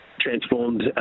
transformed